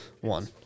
one